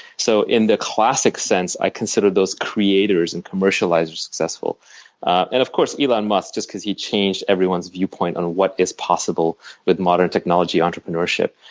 so in the classic sense, i consider those creators and commercializers successful. and of course elon musk, just because he changed everyone's viewpoint on what is possible with modern technology entrepreneurship.